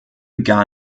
gar